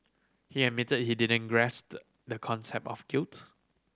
he admitted he didn't grasp the concept of guilt